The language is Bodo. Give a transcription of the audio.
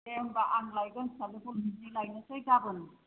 दे होनबा आं लायगोन फिसाजोखौ बिदिनो लायनोसै गाबोन